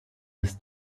bis